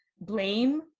blame